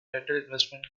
investment